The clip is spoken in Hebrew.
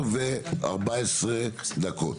ב-10:14 בדיוק.